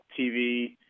TV